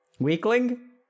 weakling